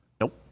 nope